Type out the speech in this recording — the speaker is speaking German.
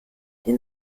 den